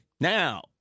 Now